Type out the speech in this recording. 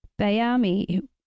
Bayami